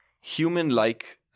human-like